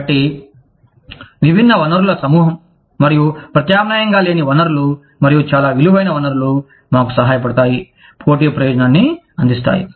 కాబట్టి విభిన్న వనరుల సమూహం మరియు ప్రత్యామ్నాయంగా లేని వనరులు మరియు చాలా విలువైన వనరులు మాకు సహాయపడతాయి పోటీ ప్రయోజనాన్ని అందిస్తాయి